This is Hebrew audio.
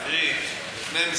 תראי, לפני כמה